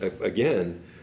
Again